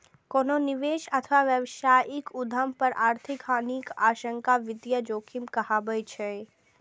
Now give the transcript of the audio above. कोनो निवेश अथवा व्यावसायिक उद्यम पर आर्थिक हानिक आशंका वित्तीय जोखिम कहाबै छै